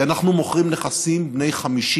כי אנחנו מוכרים נכסים בני 50,